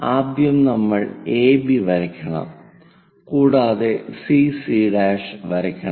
ആദ്യം നമ്മൾ എബി വരയ്ക്കണം കൂടാതെ സിസി' CC' വരയ്ക്കണം